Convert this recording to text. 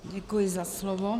Děkuji za slovo.